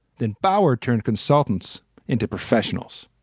then power turned consultants into professionals.